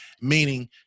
meaning